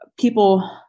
people